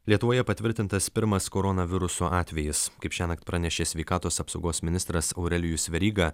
lietuvoje patvirtintas pirmas koronaviruso atvejis kaip šiąnakt pranešė sveikatos apsaugos ministras aurelijus veryga